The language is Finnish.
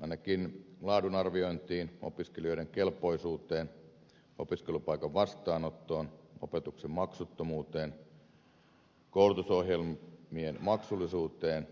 ainakin laadunarviointiin opiskelijoiden kelpoisuuteen opiskelupaikan vastaanottoon opetuksen maksuttomuuteen ja koulutusohjelmien maksullisuuteen